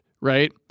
right